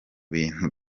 bintu